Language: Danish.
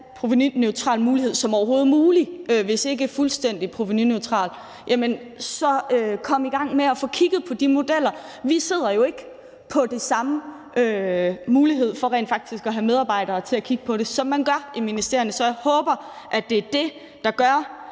provenuneutral mulighed som overhovedet muligt, hvis ikke fuldstændig provenuneutral, så kom i gang med at få kigget på de modeller. Vi sidder jo ikke med den samme mulighed for rent faktisk at have medarbejdere til at kigge på det, som man gør i ministerierne. Så jeg håber, at det, der gør,